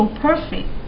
perfect，